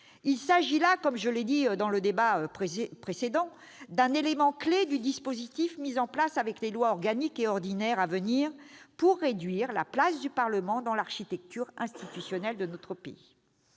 Il s'agit là, comme je l'ai dit dans le débat précédent, d'un élément clé du dispositif mis en place avec les projets de loi organique et ordinaire à venir visant à réduire la place du Parlement dans l'architecture institutionnelle de notre pays.